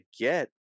get